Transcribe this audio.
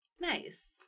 Nice